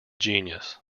genius